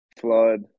flood